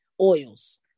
oils